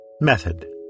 Method